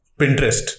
pinterest